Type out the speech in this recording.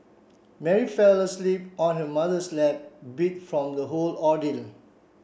Mary fell asleep on her mother's lap beat from the whole ordeal